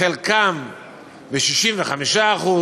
חלקם ב-65%,